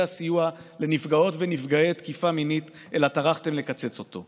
הסיוע לנפגעות ונפגעי תקיפה מינית אלא טרחתם לקצץ אותו.